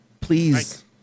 please